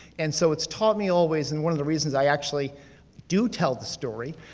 and so it's taught me always, and one of the reasons i actually do tell the story,